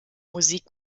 musik